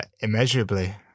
immeasurably